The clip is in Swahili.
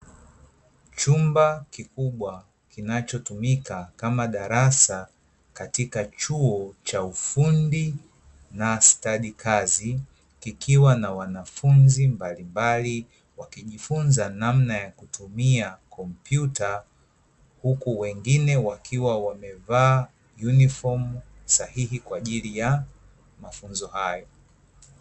Chumba kikubwa kinachotumika kama darasa katika chuo cha ufundi na stadi kazi kikiwa na wanafunzi mbalimbali wakijifunza namna ya kutumia kompyuta huku wengine wakiwa wamevaa "Uniform" sahihi kwa ajili ya mafunzo hayo.